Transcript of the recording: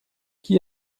qui